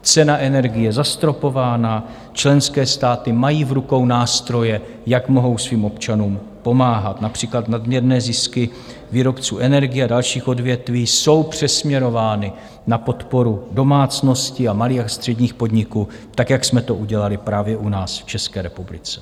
Cena energií je zastropována, členské státy mají v rukou nástroje, jak mohou svým občanům pomáhat, například nadměrné zisky výrobců energií a dalších odvětví jsou přesměrovány na podporu domácností a malých a středních podniků, tak jak jsme to udělali právě u nás v České republice.